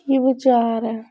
ਕੀ ਵਿਚਾਰ ਹੈ